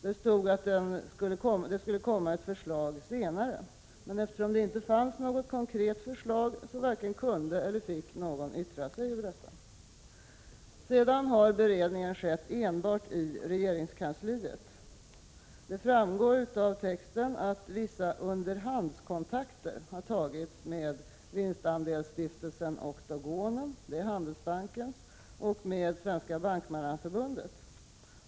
Det stod att det skulle komma ett förslag senare. Men eftersom det inte fanns något konkret förslag, så varken kunde eller fick någon yttra sig över detta. Sedan har beredningen skett enbart i regeringskansliet. Det framgår av texten att vissa underhandskontakter har tagits med Handelsbankens vinstandelsstiftelse Oktogonen och med Svenska bankmannaförbundet.